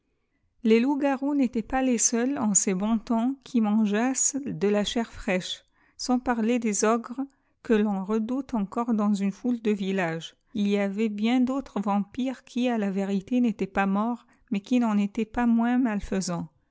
les loups garons n'étaient pas les seuls en ces bons temps qui mangeassent de la chair fratche sans parler des ogres que l'on redoute encoredans une foulede villages il y avait bien d'autres vam pires qui à la vérité n'étaient pas morts mais qui n'en étaient pas moins malfoisants